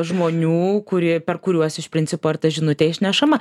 žmonių kurie per kuriuos iš principo ir ta žinutė išnešama